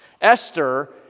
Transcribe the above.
Esther